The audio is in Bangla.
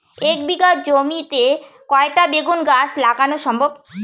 এক বিঘা জমিতে কয়টা বেগুন গাছ লাগানো সম্ভব?